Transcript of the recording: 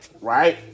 right